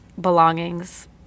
belongings